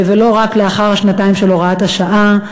ולא רק לאחר שנתיים של הוראת השעה.